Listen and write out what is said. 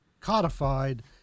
codified